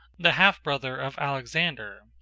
the half brother of alexander.